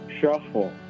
Shuffle